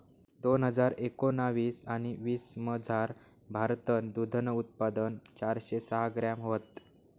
दोन हजार एकोणाविस आणि वीसमझार, भारतनं दूधनं उत्पादन चारशे सहा ग्रॅम व्हतं